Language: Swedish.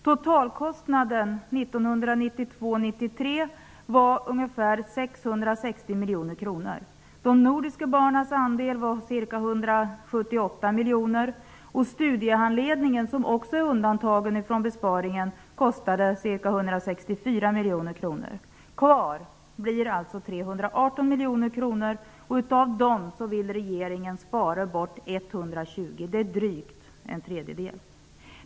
Totalkostnaden uppgick 1992/93 till ungefär 660 miljoner kronor. De nordiska barnens andel var ca 178 miljoner. Studiehandledningen, som också är undandtagen från besparingen, kostade ca 164 miljoner kronor. Kvar blir alltså 318 miljoner kronor. Av dem vill regeringen spara 120 miljoner. Det är drygt en tredjedel.